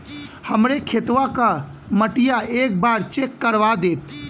हमरे खेतवा क मटीया एक बार चेक करवा देत?